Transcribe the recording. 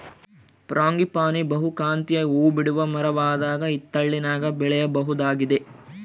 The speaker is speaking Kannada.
ಫ್ರಾಂಗಿಪಾನಿ ಬಹುಕಾಂತೀಯ ಹೂಬಿಡುವ ಮರವಾಗದ ಹಿತ್ತಲಿನಾಗ ಬೆಳೆಯಬಹುದಾಗಿದೆ